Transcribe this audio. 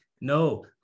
No